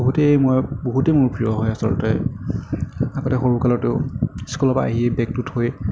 বহুতেই মই বিহুতেই মোৰ প্ৰিয় হয় আচলতে আগতে সৰু কালতো স্কুলৰপৰা আহি বেগটো থৈ